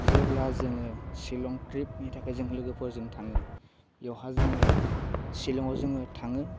जेब्ला जोङो शिलं ट्रिपनि थाखाय जों लोगोफोरजों थाङो बेवहा जोङो शिलङाव जोङो थाङो